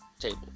table